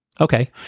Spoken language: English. Okay